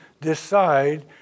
decide